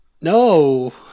No